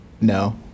no